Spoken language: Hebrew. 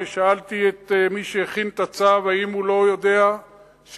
כששאלתי את מי שהכין את הצו אם הוא לא יודע שלכל